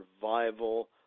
survival